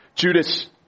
Judas